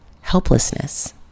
helplessness